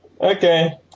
Okay